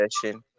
session